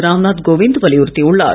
ராம்நாத் கோவிந்த் வலியுறுத்தி உள்ளார்